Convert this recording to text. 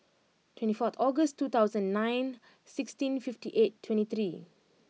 twenty fourth August two thousand nine sixteen fifty eight twenty three